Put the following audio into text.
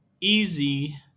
easy